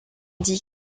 dit